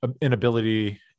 inability